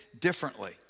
differently